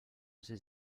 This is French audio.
ses